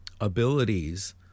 abilities